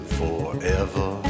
forever